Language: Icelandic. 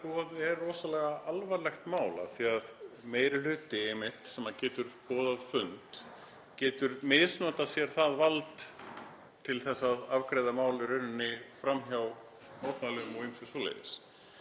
er rosalega alvarlegt mál af því að meiri hluti sem getur boðað fund getur misnotað það vald til að afgreiða mál í rauninni fram hjá mótmælum og ýmsu svoleiðis